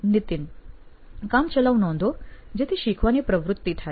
નીતિન કામ ચલાઉ નોંધો જેથી શીખવાની પ્રવૃત્તિ થાય